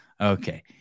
Okay